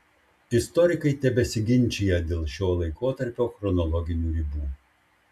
istorikai tebesiginčija dėl šio laikotarpio chronologinių ribų